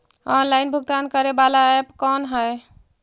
Online भुगतान करे बाला ऐप कौन है?